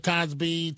Cosby